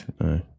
No